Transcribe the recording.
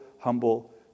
humble